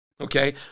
Okay